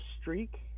streak